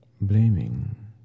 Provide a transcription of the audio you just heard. blaming